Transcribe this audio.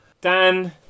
Dan